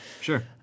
sure